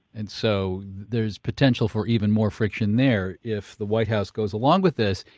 and so there's potential for even more friction there, if the white house goes along with this.